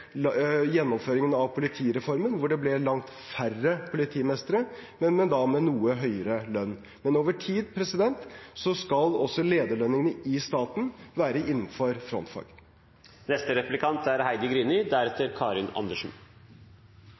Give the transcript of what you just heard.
til gjennomføringen av politireformen, hvor det ble langt færre politimestre, men da med noe høyere lønn. Men over tid skal også lederlønningene i staten være innenfor frontfag.